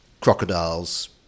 crocodiles